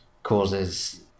causes